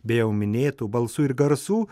be jau minėtų balsų ir garsų